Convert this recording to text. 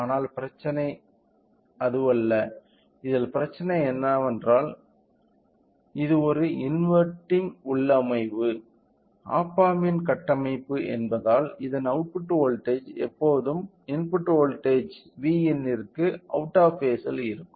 ஆனால் பிரச்சனை அல்லது இதில் பிரச்சனை என்னவென்றால் இது ஒரு இன்வெர்ட்டிங் உள்ளமைவு ஆப் ஆம்பின் கட்டமைப்பு என்பதால் இதன் அவுட்புட் வோல்ட்டேஜ் எப்போதும் இன்புட் வோல்ட்டேஜ் Vin ற்கு அவுட் ஆப் பேஸ்ல் இருக்கும்